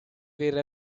wear